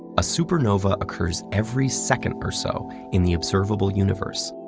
a supernova occurs every second or so in the observable universe,